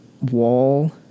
wall